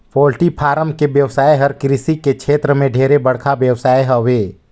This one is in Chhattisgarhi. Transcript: पोल्टी फारम के बेवसाय हर कृषि के छेत्र में ढेरे बड़खा बेवसाय हवे